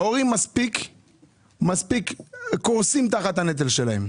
ההורים מספיק קורסים תחת הנטל שלהם.